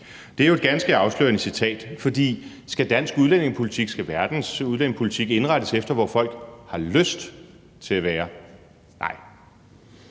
Det er jo et ganske afslørende citat, for skal dansk udlændingepolitik, verdens udlændingepolitik indrettes efter, hvor folk har lyst til at være? Nej,